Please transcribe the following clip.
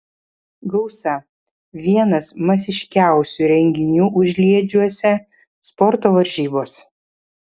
gausa vienas masiškiausių renginių užliedžiuose sporto varžybos